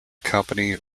company